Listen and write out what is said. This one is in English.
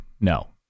no